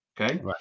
Okay